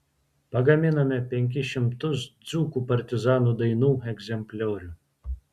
pagaminome penkis šimtus dzūkų partizanų dainų egzempliorių